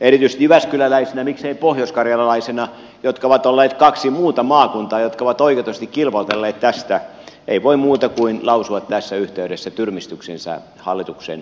erityisesti jyväskyläläisenä miksei pohjoiskarjalaisena on ollut kaksi muuta maakuntaa jotka ovat oikeutetusti kilvoitelleet tästä ei voi muuta kuin lausua tässä yhteydessä tyrmistyksensä hallituksen päätöksestä